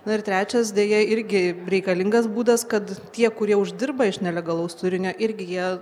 na ir trečias deja irgi reikalingas būdas kad tie kurie uždirba iš nelegalaus turinio irgi jie